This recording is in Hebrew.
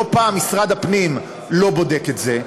לא פעם משרד הפנים לא בודק את זה.